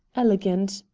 elegant,